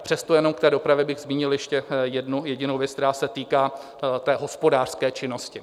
Přesto jenom k dopravě bych zmínil ještě jednu jedinou věc, která se týká hospodářské činnosti.